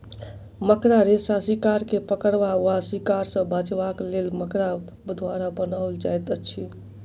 मकड़ा रेशा शिकार के पकड़बा वा शिकार सॅ बचबाक लेल मकड़ा द्वारा बनाओल जाइत अछि